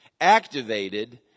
activated